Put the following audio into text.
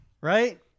Right